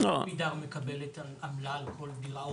כמה עמידר מקבלת על עמלה על כל דירה,